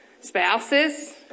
spouses